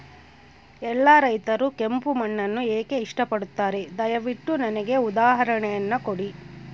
ಎಲ್ಲಾ ರೈತರು ಕೆಂಪು ಮಣ್ಣನ್ನು ಏಕೆ ಇಷ್ಟಪಡುತ್ತಾರೆ ದಯವಿಟ್ಟು ನನಗೆ ಉದಾಹರಣೆಯನ್ನ ಕೊಡಿ?